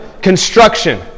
construction